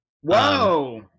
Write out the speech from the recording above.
Whoa